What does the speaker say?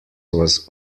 was